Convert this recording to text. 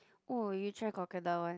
!woah! you try crocodile one